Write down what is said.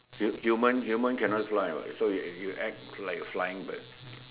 human human cannot fly what so you act like a flying bird